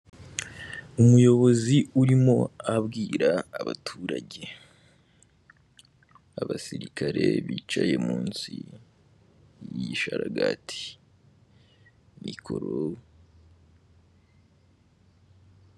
Umuyobozi urimo abwira abaturage abasirikare bicaye munsi y'igisharagati mikoro.